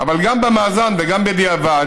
אבל גם במאזן וגם בדיעבד,